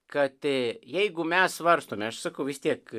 kad jeigu mes svarstome aš sakau vis tiek